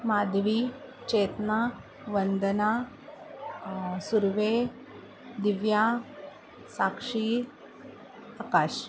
Madhvi Chetna Vandana Surve Divya Sakshi Akash